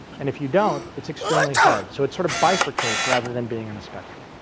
and if you don't, it's extremely hard. so, it sort of bifurcates rather than being on a spectrum.